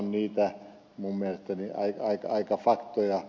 ne ovat minun mielestäni aika faktoja